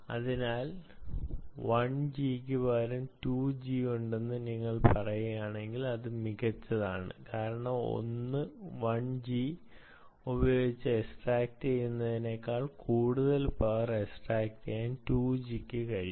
അതിനാൽ 1 ജിക്ക് പകരം 2 ജി ഉണ്ടെന്ന് നിങ്ങൾ പറയുന്നുവെങ്കിൽ അത് വളരെ മികച്ചതാണ് കാരണം 1 ജി ഉപയോഗിച്ച് എക്സ്ട്രാക്റ്റുചെയ്യാനാകുന്നതിനേക്കാൾ കൂടുതൽ പവർ എക്സ്ട്രാക്റ്റുചെയ്യാൻ 2 ജിക്ക് കഴിയും